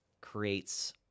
creates